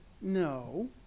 No